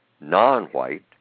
non-white